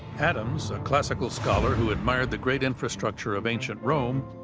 adams, a classical scholar who admired the great infrastructure of ancient rome,